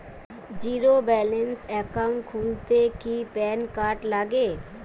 Zero balance account খুলতে কি PAN card লাগে?